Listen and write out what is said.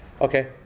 Okay